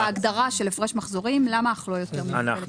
בהגדרה של "הפרש מחזורים" למה "אך לא יותר ממגבלת הפרש המחזורים"?